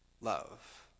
love